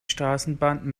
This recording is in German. straßenbahn